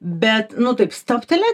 bet nu taip stabtelėt